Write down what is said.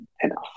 enough